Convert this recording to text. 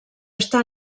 està